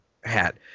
hat